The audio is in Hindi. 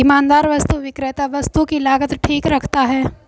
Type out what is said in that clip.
ईमानदार वस्तु विक्रेता वस्तु की लागत ठीक रखता है